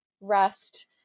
rest